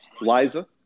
Liza